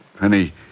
Penny